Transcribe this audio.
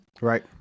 Right